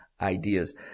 ideas